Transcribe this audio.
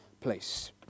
place